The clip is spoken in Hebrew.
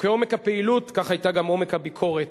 וכעומק הפעילות כך היה גם עומק הביקורת.